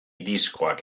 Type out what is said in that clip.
diskoak